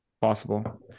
possible